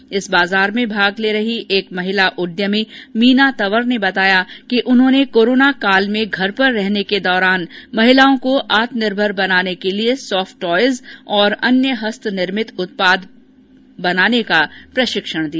हुनर बजार में भाग ले रही एक महिला उद्यमी मीना तंवर ने बताया कि उन्हेांने कोरोना काल में घर पर रहने के दौरान महिलाओं को आत्मनिर्भर बनाने के लिए सॉफ्ट टॉयज और अन्य हस्त निर्भित उत्पाद बनाने का प्रशिक्षण दिया